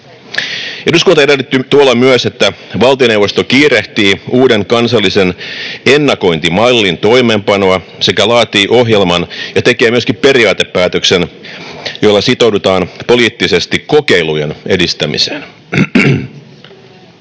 Eduskunta edellytti tuolloin myös, että valtioneuvosto kiirehtii uuden kansallisen ennakointimallin toimeenpanoa sekä laatii ohjelman ja tekee myöskin periaatepäätöksen, joilla sitoudutaan poliittisesti kokeilujen edistämiseen.